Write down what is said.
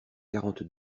quarante